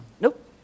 Nope